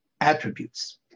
attributes